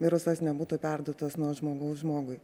virusas nebūtų perduotas nuo žmogaus žmogui